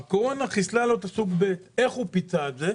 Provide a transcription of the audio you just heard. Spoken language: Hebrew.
הקורונה חיסלה לו את סוג ב' איך הוא פיצה על זה?